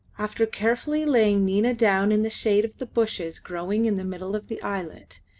after carefully laying nina down in the shade of the bushes growing in the middle of the islet,